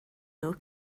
nhw